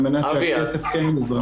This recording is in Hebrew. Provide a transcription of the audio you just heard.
כדי שהכסף כן יוזרם.